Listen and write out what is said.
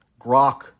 grok